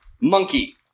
Monkey